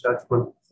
judgment